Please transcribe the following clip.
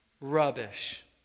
rubbish